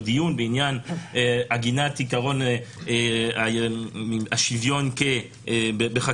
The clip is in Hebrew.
השוויון או דיון בעניין עגינת עיקרון השוויון בחקיקת-יסוד,